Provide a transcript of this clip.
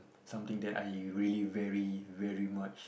something that I really very very much